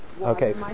Okay